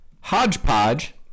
hodgepodge